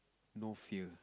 no fear